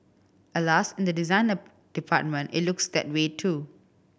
alas in the designer department it looks that way too